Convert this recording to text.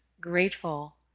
grateful